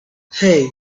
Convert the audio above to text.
hey